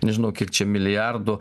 nežinau kiek čia milijardų